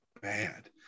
bad